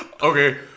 Okay